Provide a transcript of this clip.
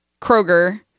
Kroger